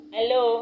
Hello